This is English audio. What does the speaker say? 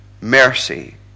Mercy